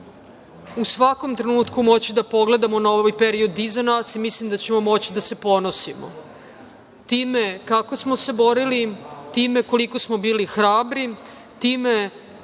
u svakom trenutku moći da pogledamo na ovaj period iza nas i mislim da ćemo moći da se ponosimo time kako smo se borili, time koliko smo bili hrabri, time